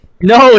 no